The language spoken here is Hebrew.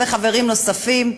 וחברים נוספים.